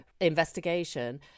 investigation